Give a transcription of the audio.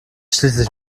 schließlich